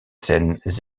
scènes